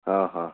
हां हां